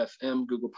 Google